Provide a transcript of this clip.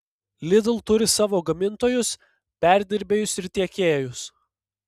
lidl turi savo gamintojus perdirbėjus ir tiekėjus